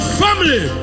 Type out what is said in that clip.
family